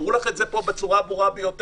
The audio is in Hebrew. אמרו לך את זה פה בצורה הברורה ביותר.